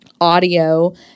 audio